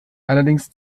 allerdings